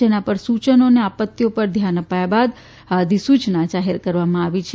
જે અંગેના સૂચનો અને આપત્તિઓ પર ધ્યાન આપ્યા બાદ આ અધિસૂચના જાહેર કરવામાં આવી છે